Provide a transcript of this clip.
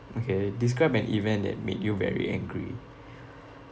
okay describe an event that made you very angry